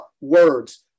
words